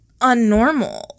unnormal